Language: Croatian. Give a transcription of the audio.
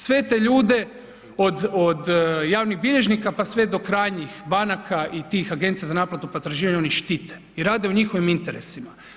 Sve te ljude od javnih bilježnika, pa sve do krajnjih banaka i tih Agencija za naplatu potraživanja oni štite i rade u njihovim interesima.